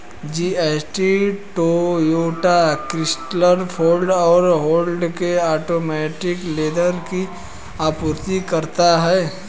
GST Toyota, Chrysler, Ford और Honda के automotive leather की आपूर्ति करता है